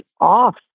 off